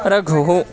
रघुः